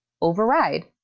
override